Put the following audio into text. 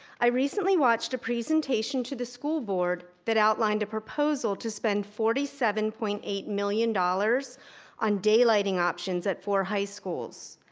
i recently watched a presentation to the school board that outlined a proposal to spend forty seven point eight million dollars on daylighting options at four high schools.